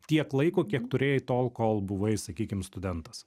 tiek laiko kiek turėjai tol kol buvai sakykim studentas